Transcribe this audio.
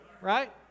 right